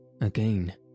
Again